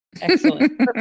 Excellent